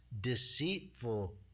deceitful